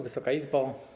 Wysoka Izbo!